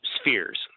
spheres